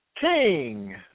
king